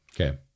Okay